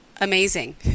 amazing